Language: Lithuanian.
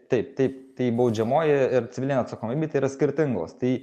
taip taip tai baudžiamoji ir civilinė atsakomybė tai yra skirtingos tai